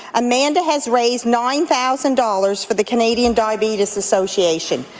amanda has raised nine thousand dollars for the canadian diabetes association.